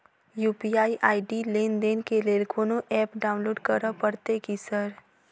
UPI ID लेनदेन केँ लेल कोनो ऐप डाउनलोड करऽ पड़तय की सर?